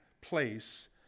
place